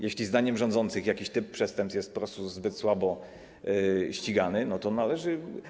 Jeśli zdaniem rządzących jakiś typ przestępstw jest po prostu zbyt słabo ścigany, to należy.